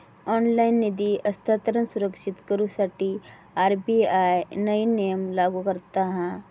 online निधी हस्तांतरण सुरक्षित करुसाठी आर.बी.आय नईन नियम लागू करता हा